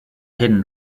hidden